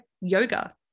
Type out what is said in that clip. yoga